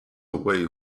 away